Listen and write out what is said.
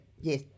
yes